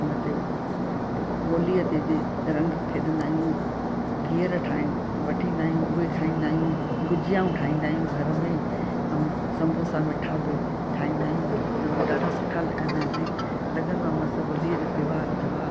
उन ते होलीअ ते बि रंग खेॾंदा आहियूं घीअर ठाहे वठी ईंदा आहियूं उहे खाईंदा आहियूं गुजियाऊं ठाहींदा आहियूं घर में ऐं सम्बोसा मिठाई ठाहींदा आहियूं त उहो बि ॾाढा सुठा लॻंदा आहिनि लॻंदो आहे मसि होलीअ जो त्योहार आयो आहे